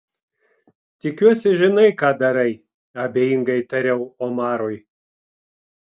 tikiuosi žinai ką darai abejingai tariau omarui